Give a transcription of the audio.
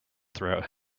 throughout